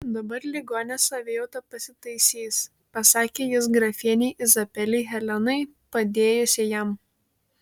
dabar ligonės savijauta pasitaisys pasakė jis grafienei izabelei helenai padėjusiai jam